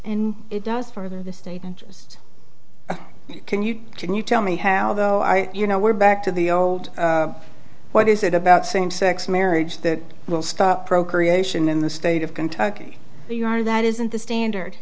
in it does for the state and just can you can you tell me how though i you know we're back to the old what is it about same sex marriage that will stop procreation in the state of kentucky where you are that isn't the standard